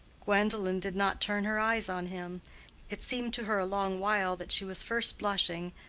gwendolen did not turn her eyes on him it seemed to her a long while that she was first blushing,